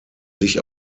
sich